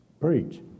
preach